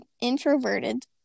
Introverted